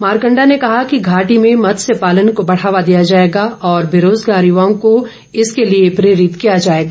मारकंडा ने कहा कि घाटी में मत्सय पालन को बढ़ावा दिया जाएगा और बेरोजगार युवाओं को इसके लिए प्रेरित किया जाएगा